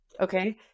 okay